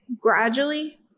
gradually